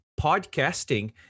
podcasting